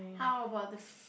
how about the f~